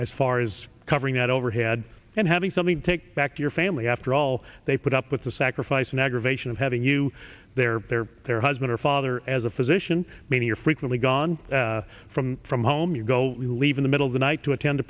as far as covering that overhead and having something to take back to your family after all they put up with the sacrifice and aggravation of having you there their husband or father as a physician many are frequently gone from from home you go we leave in the middle of the night to attend to